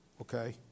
Okay